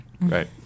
Right